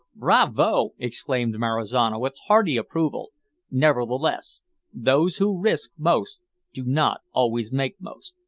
bravo! exclaimed marizano, with hearty approval nevertheless those who risk most do not always make most.